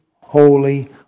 holy